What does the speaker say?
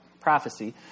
prophecy